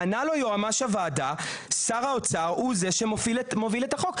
ענה לו יועמ"ש הוועדה: "שר האוצר הוא זה שמוביל את החוק".